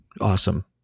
Awesome